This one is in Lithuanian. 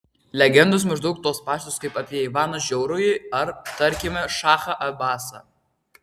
legendos maždaug tos pačios kaip apie ivaną žiaurųjį ar tarkime šachą abasą